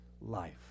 life